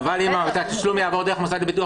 אבל אם התשלום יעבור דרך המוסד לביטוח